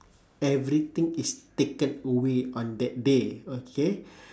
everything is taken away on that day okay